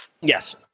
yes